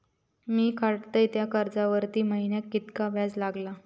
मी काडलय त्या कर्जावरती महिन्याक कीतक्या व्याज लागला?